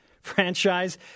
franchise